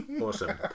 Awesome